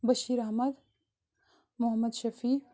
Bashir Ahmad Muhammad Shafi